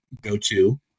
go-to